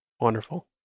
Wonderful